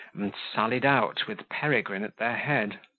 and sallied out, with peregrine at their head.